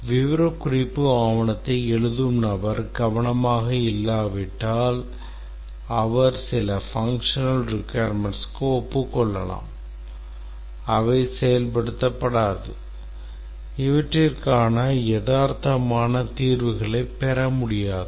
விவரக்குறிப்பு ஆவணத்தை எழுதும் நபர் கவனமாக இல்லாவிட்டால் அவர் சில functional requirementsக்கு ஒப்புக் கொள்ளலாம் அவை செயல்படுத்தப்படாது இவற்றிற்கான யதார்த்தமான தீர்வுகளைப் பெற முடியாது